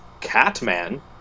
Catman